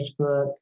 Facebook